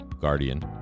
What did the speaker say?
Guardian